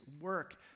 work